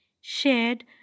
shared